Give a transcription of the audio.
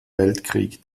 weltkrieg